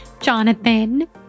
Jonathan